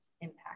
impact